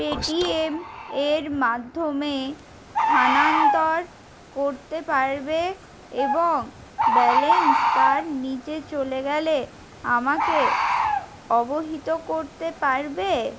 Paytm এর মাধ্যমে স্থানান্তর করতে পারবে এবং ব্যালেন্স তার নিচে চলে গেলে আমাকে অবহিত করতে পারবে